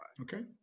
Okay